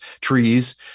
trees